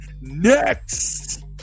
next